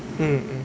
mm mm